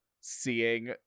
seeing